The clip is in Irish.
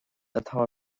atá